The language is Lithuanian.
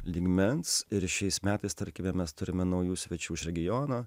lygmens ir šiais metais tarkime mes turime naujų svečių iš regiono